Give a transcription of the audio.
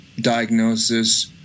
diagnosis